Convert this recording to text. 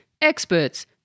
experts